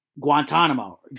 Guantanamo